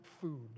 food